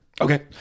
Okay